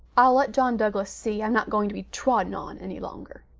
i'll let john douglas see i'm not going to be trodden on any longer.